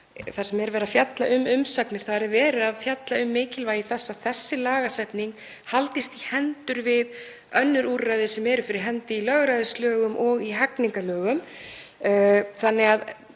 þar sem verið er að fjalla um umsagnir er verið að fjalla um mikilvægi þess að þessi lagasetning haldist í hendur við önnur úrræði sem eru fyrir hendi í lögræðislögum og í hegningarlögum.